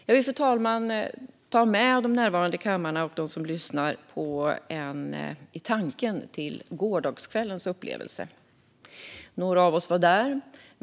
Jag vill, fru talman, ta med de närvarande i kammaren och dem som lyssnar på en resa i tanken till gårdagskvällens upplevelse. Några av oss av där.